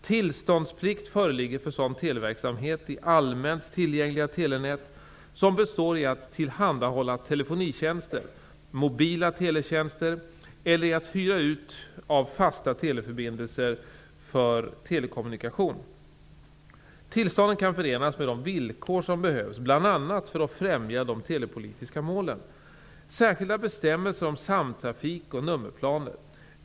Tillståndsplikt föreligger för sådan televerksamhet i allmänt tillgängliga telenät och består i att tillhandahålla telefonitjänster och mobila teletjänster eller i att hyra ut fasta teleförbindelser för telekommunikation. Tillstånden kan förenas med de villkor som behövs bl.a. för att främja de telepolitiska målen. - Särskilda bestämmelser om samtrafik och nummerplaner gäller.